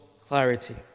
clarity